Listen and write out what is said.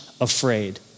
afraid